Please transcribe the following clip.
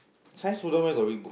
science study where got read book